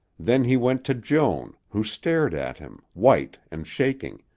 then he went to joan, who stared at him, white and shaking.